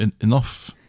enough